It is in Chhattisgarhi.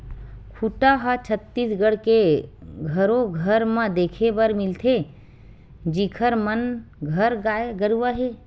खूटा ह छत्तीसगढ़ के घरो घर म देखे बर मिलथे जिखर मन घर गाय गरुवा हे